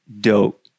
dope